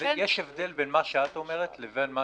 יש הבדל בין מה שאת אומרת ובין מה